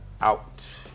out